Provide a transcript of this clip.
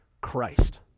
Christ